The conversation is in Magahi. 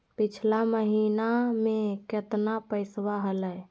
पिछला महीना मे कतना पैसवा हलय?